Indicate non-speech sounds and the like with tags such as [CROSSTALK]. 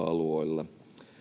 [UNINTELLIGIBLE] alueilla